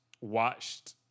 watched